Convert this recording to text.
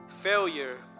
Failure